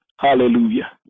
Hallelujah